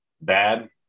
bad